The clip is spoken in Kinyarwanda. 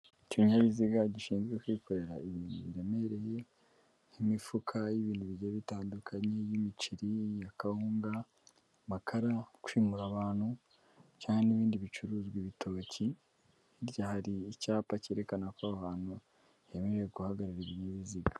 Ikinyabiziga gishinzwe kwikorera ibiremereye nk'imifuka y'ibintu bijya bitandukanye y'imiceri, iya kawunga, amakara, kwimura abantu cyane n'ibindi bicuruzwa ibitoki hirya hari icyapa cyerekana ko ahantu hemerewe guhagararira ibinyabiziga.